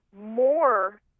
more